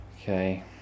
Okay